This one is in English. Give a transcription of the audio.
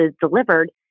delivered